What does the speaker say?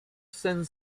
sen